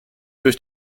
durch